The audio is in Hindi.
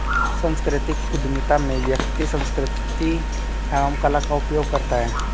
सांस्कृतिक उधमिता में व्यक्ति संस्कृति एवं कला का उपयोग करता है